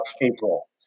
April